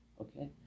Okay